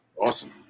Awesome